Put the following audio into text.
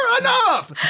enough